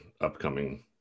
upcoming